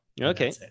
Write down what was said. Okay